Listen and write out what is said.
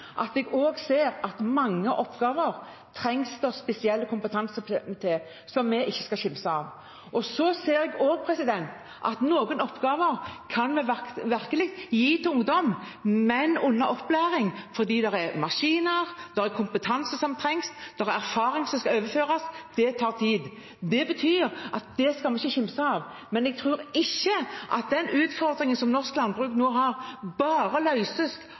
at jeg også ser at mange oppgaver trengs det spesiell kompetanse til, som vi ikke skal kimse av. Jeg ser også at noen oppgaver kan vi virkelig gi til ungdom, men under opplæring, fordi det er maskiner, det er kompetanse som trengs, det er erfaring som skal overføres, og det tar tid. Det betyr at det skal vi ikke kimse av. Men jeg tror ikke at den utfordringen som norsk landbruk nå har, bare